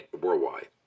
worldwide